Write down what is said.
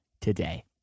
today